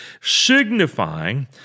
signifying